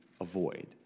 avoid